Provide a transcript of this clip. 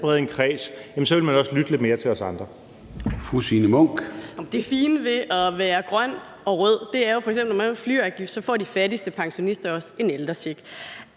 Det fine ved at være grøn og rød er jo, at når man f.eks. laver en flyafgift, får de fattigste pensionister også en ældrecheck.